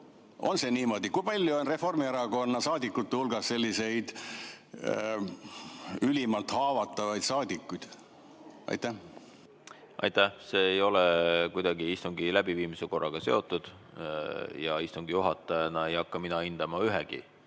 On see niimoodi? Kui palju on Reformierakonna saadikute hulgas selliseid ülimalt haavatavaid saadikuid? Aitäh! See ei ole kuidagi istungi läbiviimise korraga seotud. Istungi juhatajana ei hakka mina hindama ühegi